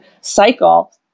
cycle